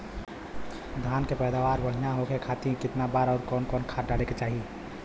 धान के पैदावार बढ़िया होखे खाती कितना बार अउर कवन कवन खाद डाले के चाही?